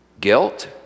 Guilt